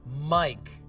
mike